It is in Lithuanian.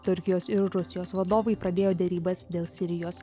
turkijos ir rusijos vadovai pradėjo derybas dėl sirijos